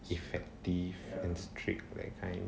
effective and strict that kind